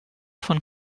von